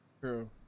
True